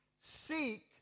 Seek